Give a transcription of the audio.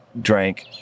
drank